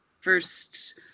first